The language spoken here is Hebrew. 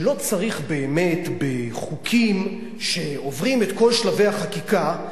שלא צריך באמת חוקים שעוברים את כל שלבי החקיקה,